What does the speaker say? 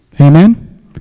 Amen